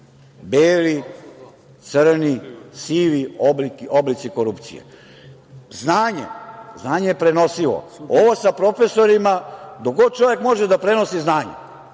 beli, crni, sivi oblici korupcije. Znanje, znanje je prenosivo. Ovo sa profesorima, dok god čovek može da prenosi znanje,